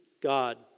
God